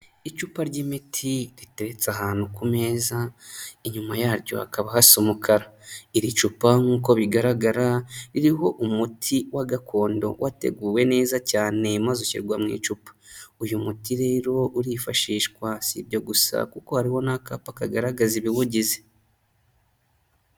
Icupa ry'imiti riteretse ahantu ku meza, inyuma yaryo hakaba hasa umukara, iri cupa nk'uko bigaragara ririho umuti wa gakondo wateguwe neza cyane maze ushyirwa mu icupa, uyu muti rero urifashishwa, si ibyo gusa kuko hariho n'akapa kagaragaza ibiwugize.